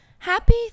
Happy